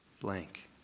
blank